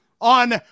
on